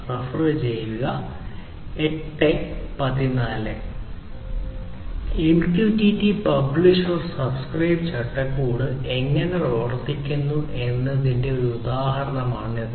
MQTT publish subscribe ചട്ടക്കൂട് എങ്ങനെ പ്രവർത്തിക്കുന്നു എന്നതിന്റെ ഒരു ഉദാഹരണമാണിത്